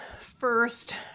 first